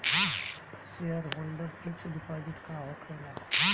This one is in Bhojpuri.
सेयरहोल्डर फिक्स डिपाँजिट का होखे ला?